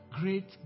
great